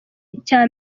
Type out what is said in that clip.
icya